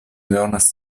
donas